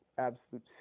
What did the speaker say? absolute